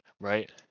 right